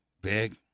Big